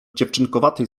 dziewczynkowatej